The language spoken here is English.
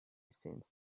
since